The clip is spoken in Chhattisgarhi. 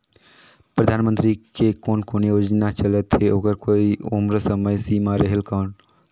परधानमंतरी के कोन कोन योजना चलत हे ओकर कोई उम्र समय सीमा रेहेल कौन?